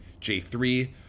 J3